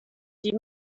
die